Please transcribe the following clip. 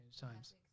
times